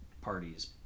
parties